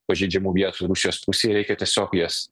pažeidžiamų vietų rusijos pusėje reikia tiesiog jas